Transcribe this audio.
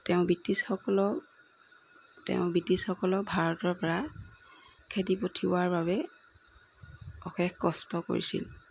তেওঁ ব্ৰিটিছসকলক তেওঁ ব্ৰিটিছসকলক ভাৰতৰ পৰা খেদি পঠিওৱাৰ বাবে অশেষ কষ্ট কৰিছিল